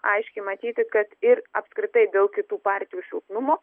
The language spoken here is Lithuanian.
aiškiai matyti kad ir apskritai dėl kitų partijų silpnumo